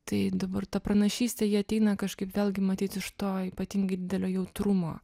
tai dabar ta pranašystė ji ateina kažkaip vėlgi matyt iš to ypatingai didelio jautrumo